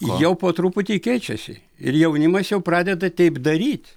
jau po truputį keičiasi ir jaunimas jau pradeda taip daryt